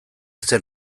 zen